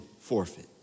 forfeit